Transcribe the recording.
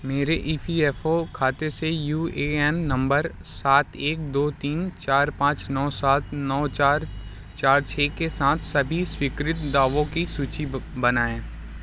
मेरे E P F O खाते से यू ए एन नंबर सात एक दो तीन चार पाँच नौ सात नौ चार चार छे के साथ सभी स्वीकृत दावों की सूची बनाएँ